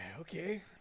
okay